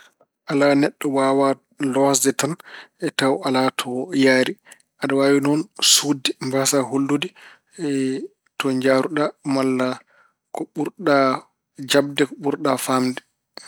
Alaa, neɗɗo waawaa loosde tan tawa alaa to yahri. Aɗa waawi noon suuɗde, mbaasaa hollude to njahruɗa malla ko ɓurɗa jaɓde, ko ɓurɗa faamde.